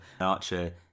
Archer